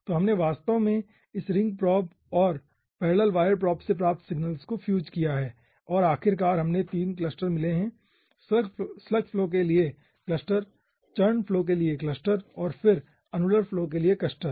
तो हमने वास्तव में इस रिंग प्रोब और पैरेलल वायर प्रोब से प्राप्त सिग्नल्स को फ्यूज किया है और आखिरकार हमे 3 क्लस्टर्स मिले है स्लग फ्लो के लिए क्लस्टर चर्ण फ्लो के लिए क्लस्टर और फिर अनुलर फ्लो के लिए क्लस्टर